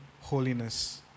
holiness